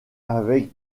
avec